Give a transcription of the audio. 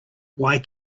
why